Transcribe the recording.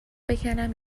بکـنم